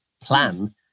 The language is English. plan